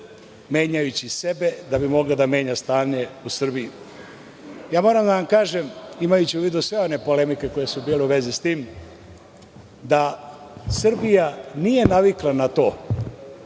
menjajući sebe da bi mogla da menja stanje u Srbiji. Moram da vam kažem, imajući u vidu sve one polemike koje su bile u vezi sa tim, da Srbija nije navikla na to,